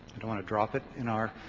want to drop it in our